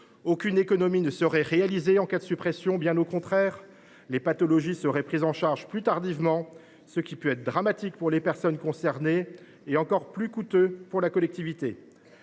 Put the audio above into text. Aucune économie ne serait réalisée en cas de suppression, bien au contraire. Les pathologies seraient prises en charge plus tardivement, ce qui peut être dramatique pour les personnes concernées et encore plus coûteux pour la collectivité.